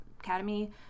Academy